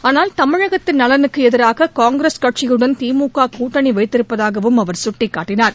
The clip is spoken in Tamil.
ஆனால் தமிழகத்தின் நலனுக்கு எதிராக காங்கிரஸ் கட்சியுடன் திமுக கூட்டணி வைத்திருப்பதாகவும் அவர் சுட்டிக்காட்டினார்